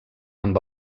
amb